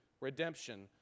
redemption